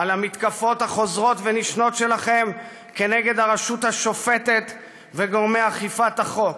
על המתקפות החוזרות והנשנות שלכם על הרשות השופטת וגורמי אכיפת החוק.